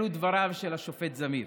אלו דבריו של השופט זמיר.